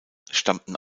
stammten